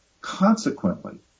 consequently